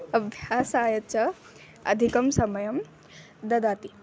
अभ्यासाय च अधिकं समयं ददाति